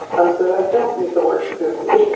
um so i don't use the words spooky